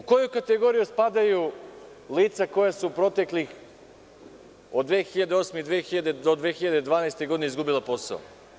U koju kategoriju spadaju lica koja su proteklih, od 2008. do 2012. godine izgubila posao?